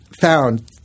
found